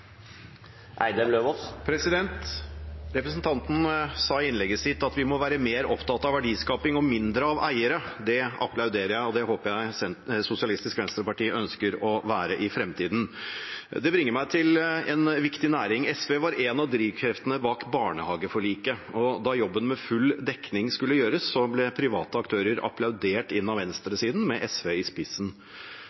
replikkordskifte. Representanten sa i innlegget sitt at vi må være mer opptatt av verdiskaping og mindre av eiere. Det applauderer jeg, og det håper jeg SV ønsker å være i fremtiden. Det bringer meg til en viktig næring: SV var en av drivkreftene bak barnehageforliket, og da jobben med full dekning skulle gjøres, ble private aktører applaudert inn av